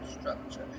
structure